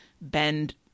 bend